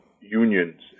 unions